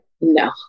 no